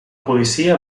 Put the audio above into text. policia